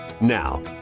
Now